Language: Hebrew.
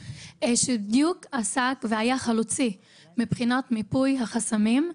צריך להסתכל על הנושא הזה לא רק במשקפיים של רווחה,